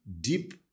deep